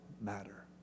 matter